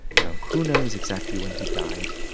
you know, who knows exactly when he died?